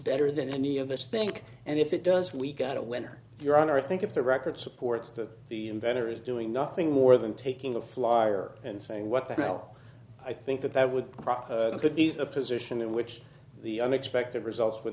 better than any of us think and if it does we got a winner your honor i think if the record supports that the inventor is doing nothing more than taking a flyer and saying what the hell i think that that would be the position in which the unexpected result